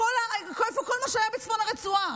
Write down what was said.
איפה כל מה שהיה בצפון הרצועה?